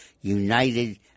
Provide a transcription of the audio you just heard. united